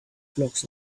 blocks